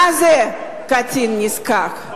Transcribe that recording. מה זה קטין נזקק,